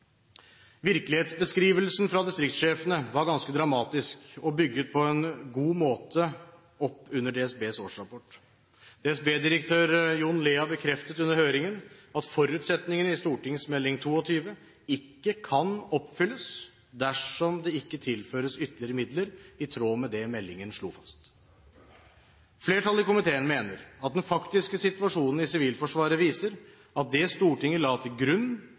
Virkelighetsbeskrivelsen fra distriktssjefene var ganske dramatisk og bygget på en god måte opp under DSBs årsrapport. DSB-direktør Jon Lea bekreftet under høringen at forutsetningen i St.meld. nr. 22 ikke kan oppfylles dersom det ikke tilføres ytterligere midler i tråd med det meldingen slo fast. Flertallet i komiteen mener at den faktiske situasjonen i Sivilforsvaret viser at det Stortinget la til grunn